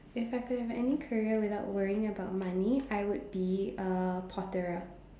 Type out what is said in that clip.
if I could have any career without worrying about money I would be a potterer